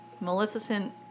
Maleficent